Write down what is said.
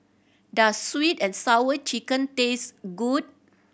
does Sweet And Sour Chicken taste good